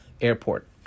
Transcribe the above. airport